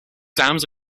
dams